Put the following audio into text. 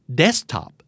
desktop